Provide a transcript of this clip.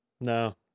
No